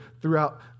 throughout